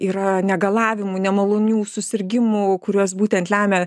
yra negalavimų nemalonių susirgimų kuriuos būtent lemia